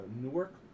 Newark